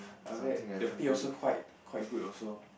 after that the pay also quite quite good also